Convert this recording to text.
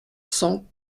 cent